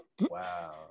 Wow